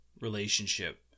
relationship